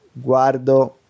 guardo